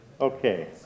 Okay